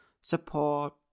support